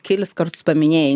kelis kartus paminėjai